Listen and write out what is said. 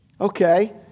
Okay